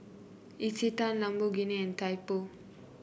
Isetan Lamborghini and Typo